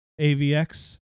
AVX